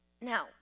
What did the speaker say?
Now